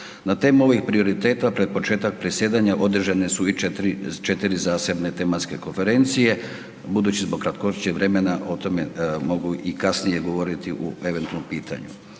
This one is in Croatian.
Na temu ovih prioriteta pred početak predsjedanja održane su i 4 zasebne tematske konferencije budući zbog kratkoće vremena o tome mogu i kasnije govoriti u eventualnom pitanju.